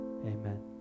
Amen